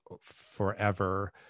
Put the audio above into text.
forever